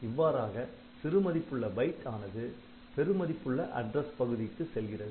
இவ்வாறாக சிறு மதிப்புள்ள பைட் ஆனது பெரு மதிப்புள்ள அட்ரஸ் பகுதிக்கு செல்கிறது